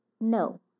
No